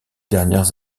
dernières